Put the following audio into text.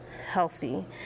healthy